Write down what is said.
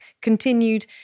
continued